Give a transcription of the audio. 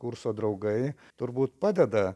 kurso draugai turbūt padeda